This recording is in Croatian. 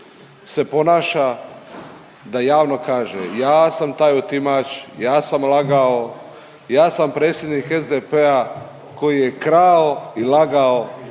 se ponaša da javno kaže ja sam taj otimač, ja sam lagao, ja sam predsjednik SDP-a koji je krao i lagao